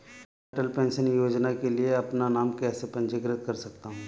मैं अटल पेंशन योजना के लिए अपना नाम कैसे पंजीकृत कर सकता हूं?